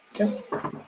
Okay